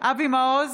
אבי מעוז,